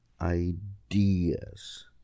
ideas